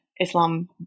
Islam